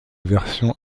version